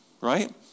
right